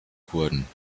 kurden